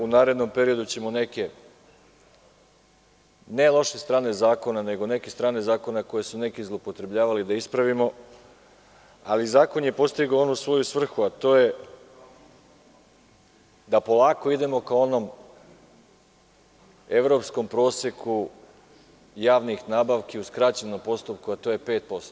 U narednom periodu ćemo neke ne loše strane zakona, nego neke strane zakona koje su neki zloupotrebljavali da ispravimo, ali zakon je postigao onu svoju svrhu, a to je da polako idemo ka onom evropskom proseku javnih nabavki u skraćenom postupku, a to je 5%